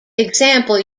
example